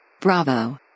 Bravo